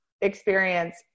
experience